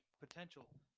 potential